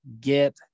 get